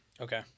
Okay